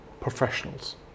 professionals